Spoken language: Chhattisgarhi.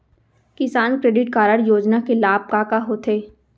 किसान क्रेडिट कारड योजना के लाभ का का होथे?